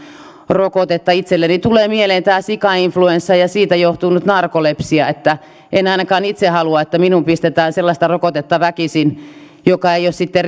itselleni tulee mieleen tämä sikainfluenssa ja siitä johtunut narkolepsia en ainakaan itse halua että minuun pistetään sellaista rokotetta väkisin joka ei ole sitten